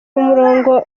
umurongo